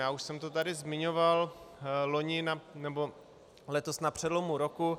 Já už jsem to tady zmiňoval loni, nebo letos na přelomu roku.